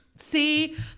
See